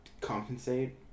compensate